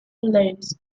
lanes